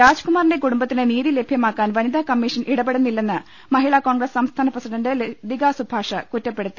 രാജ്കുമാറിന്റെ കുടുംബത്തിന് നീതി ലഭ്യമാക്കാൻ വനിതാ കമ്മീ ഷൻ ഇടപെടുന്നില്ലെന്ന് മൃഹിളാ കോൺഗ്രസ് സംസ്ഥാന പ്രസിഡന്റ് ല തികാ സുഭാഷ് കുറ്റപ്പെടുത്തി